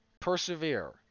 persevere